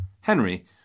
Henry